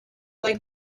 like